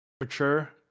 mature